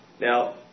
Now